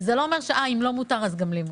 זה לא אומר, אם לו מותר אז גם לי מותר.